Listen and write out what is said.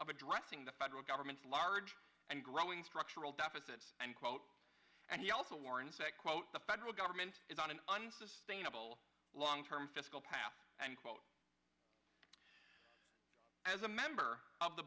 addressing the federal government's large and growing structural deficits and quote and he also warns that quote the federal government is on an unsustainable long term fiscal path and quote as a member of the